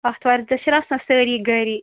آتھوارِ دۄہ چھِ نا آسان سٲری گھرے